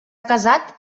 casat